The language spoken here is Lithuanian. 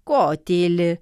ko tyli